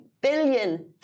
Billion